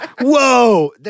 Whoa